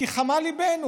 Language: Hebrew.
כי חמל ליבנו.